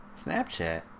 Snapchat